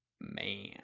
man